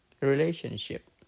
relationship